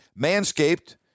Manscaped